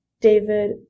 David